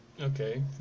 Okay